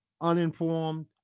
uninformed